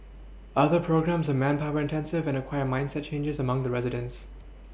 other programmes are manpower intensive and require mindset changes among the residents